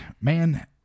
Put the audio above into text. man